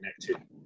connected